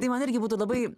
tai man irgi būtų labai